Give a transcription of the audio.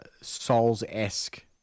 Souls-esque